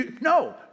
No